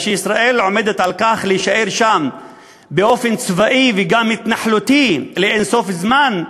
ושישראל עומדת על כך שתישאר שם באופן צבאי וגם התנחלותי לאין-סוף זמן,